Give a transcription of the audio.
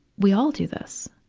we all do this.